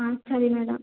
ಆಂ ಸರಿ ಮೇಡಮ್